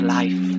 life